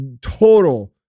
total